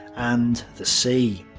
and the sea.